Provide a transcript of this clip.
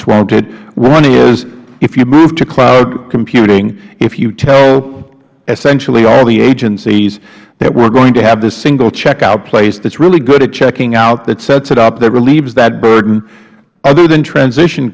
it one is if you move to cloud computing if you tell essentially all the agencies that we are going to have this single checkout place that is really good at checking out that sets it up that relieves that burden other than transition